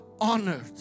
honored